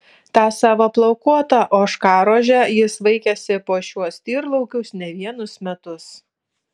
tą savo plaukuotą ožkarožę jis vaikėsi po šiuos tyrlaukius ne vienus metus